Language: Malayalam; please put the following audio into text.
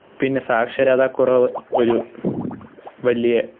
പിന്നെ സാക്ഷരതാ കുറവ് ഒരു വലിയ